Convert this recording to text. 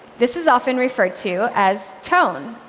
this is often referred to as tone.